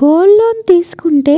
gold loan తీసుకునే